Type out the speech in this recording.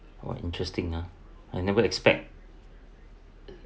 oh interesting ah I never expect